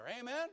Amen